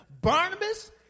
Barnabas